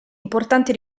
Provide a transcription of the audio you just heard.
importanti